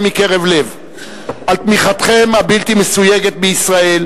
מקרב לב על תמיכתכם הבלתי-מסויגת בישראל,